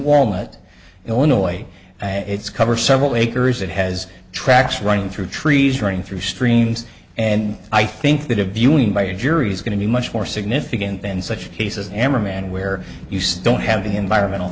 walnut illinois it's cover several acres it has tracks running through trees running through streams and i think that a viewing by a jury is going to be much more significant than such cases ammar man where use don't have the environmental